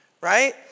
right